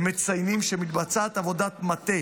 הם מציינים שמתבצעת עבודת מטה